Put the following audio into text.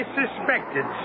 suspected